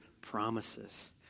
promises